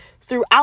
throughout